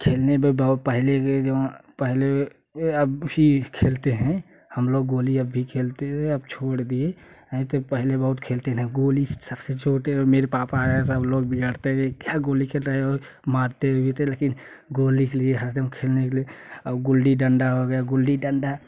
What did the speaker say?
खेलने पर बहुत पहले के ज़माना पहले अब भी खेलते है हम लोग गोली अभी खेलते है अब छोड़ दिए नही तो पहले बहुत खेलते रहे गोली सबसे छोटे मेरे पापा है सब लोग बिगड़ते गया क्या गोली खेलते हो मरते भी थे लेकिन गोली के लिए हर दम खेलने के लिए और गुली डंडा हो गया गुली डंडा